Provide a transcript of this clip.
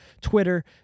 Twitter